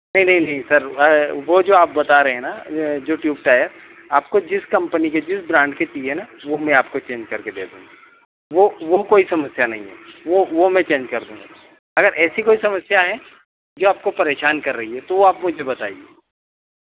नहीं नहीं नहीं सर वह जो आप बता रहे हैं ना जो ट्यूब टायर आपको जिस कंपनी की जिस ब्रांड की चाहिए ना वह मैं आपको चेंज करके दे दूँगा वह वह कोई समस्या नहीं है वह वह मैं चेंज कर दूँगा अगर ऐसी कोई समस्या है जो आपको परेशान कर रही है तो आप मुझे बताइए